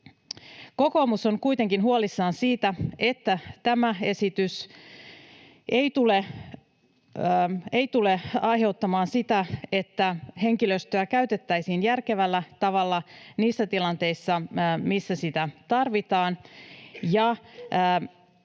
Kokoomus on kuitenkin huolissaan siitä, että tämä esitys ei tule aiheuttamaan sitä, että henkilöstöä käytettäisiin järkevällä tavalla niissä tilanteissa, missä sitä tarvitaan,